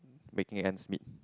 making ends meet